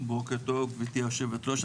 בוקר טוב גברתי היו"ר.